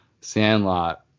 Sandlot